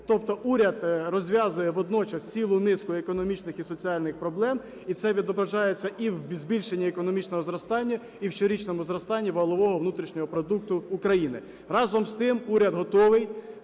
Тобто уряд розв'язує водночас цілу низку економічних і соціальних проблем, і це відображається і в збільшенні економічного зростання, і в щорічному зростанні валового внутрішнього продукту України. Разом з тим, уряд готовий